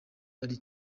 ari